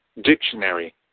Dictionary